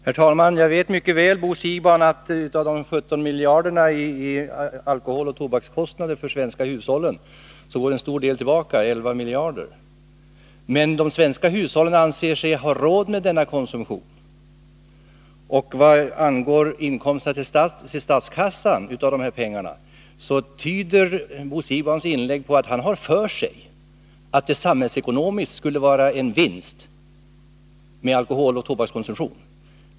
Herr talman! Jag vet mycket väl, Bo Siegbahn, att en stor del av de svenska hushållens kostnader på 17 miljarder kronor för alkohol och tobak går tillbaka till staten, nämligen 11 miljarder kronor. Men de svenska hushållen anser sig ha råd med denna konsumtion. Vad angår inkomsterna till statskassan tyder Bo Siegbahns inlägg på att han har för sig att det samhällsekonomiskt skulle vara en vinst med alkoholoch tobakskonsumtion.